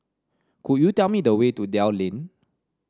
could you tell me the way to Dell Lane